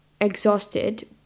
exhausted